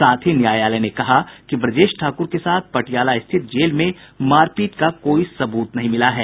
साथ ही न्यायालय ने कहा कि ब्रजेश ठाकुर के साथ पटियाला स्थित जेल में मारपीट का कोई सबूत नहीं मिला है